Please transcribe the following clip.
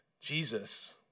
Jesus